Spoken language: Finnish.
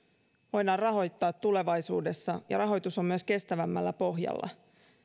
voidaan rahoittaa tulevaisuudessa ja rahoitus on myös kestävämmällä pohjalla